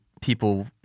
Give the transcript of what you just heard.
people